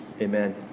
Amen